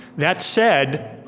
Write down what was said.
that said,